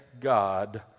God